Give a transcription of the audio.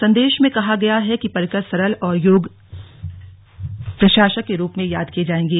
संदेश में कहा गया है कि पर्रिकर सरल और योग्य प्रशासक के रूप में याद किए जाएंगे